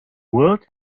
world